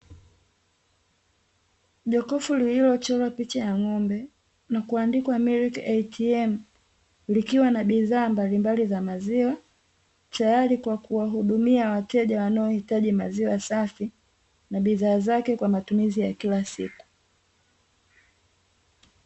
Jokofu lililochorwa picha ya ng'ombe na kuandikwa "MILK ATM" likiwa na bidha mbalimbali za maziwa , tayari kwa kuwahudumia wateja wanaohitaji maziwa safi, na bidhaa zake kwa matumizi ya kila siku.